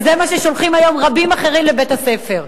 ועם זה שולחים היום רבים אחרים לבית-הספר.